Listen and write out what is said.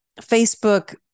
Facebook